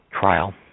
trial